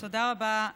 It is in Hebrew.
תודה רבה,